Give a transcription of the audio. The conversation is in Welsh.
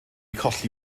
colli